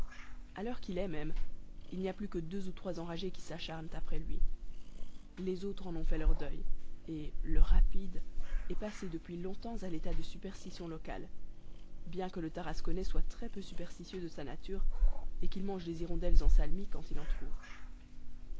a l'heure qu'il est même il n'y a plus que deux ou trois enragés qui s'acharnent après lui les autres en ont fait leur deuil et le rapide est passé depuis longtemps à l'état de superstition locale bien que le tarasconnais page soit très peu superstitieux de sa nature et qu'il mange les hirondelles en salmis quand il en trouve